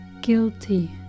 Guilty